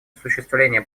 осуществления